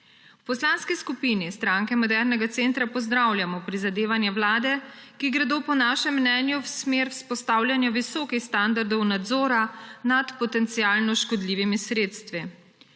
V Poslanski skupini Stranke modernega centra pozdravljamo prizadevanja vlade, ki gredo po našem mnenju v smer vzpostavljanja visokih standardov nadzora nad potencialno škodljivimi sredstvi.